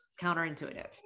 counterintuitive